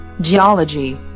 Geology